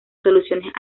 soluciones